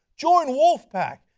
join wolf-pac